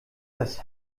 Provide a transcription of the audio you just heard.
das